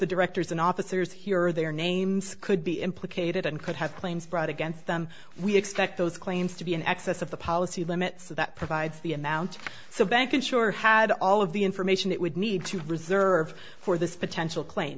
the directors and officers here are their names could be implicated and could have claims brought against them we expect those claims to be in excess of the policy limits that provides the amount so bank insurer had all of the information it would need to reserve for this potential claim